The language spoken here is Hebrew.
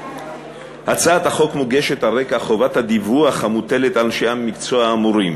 הצעת החוק מוגשת על רקע חובת הדיווח המוטלת על אנשי המקצוע האמורים